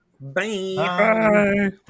Bye